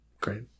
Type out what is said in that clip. Great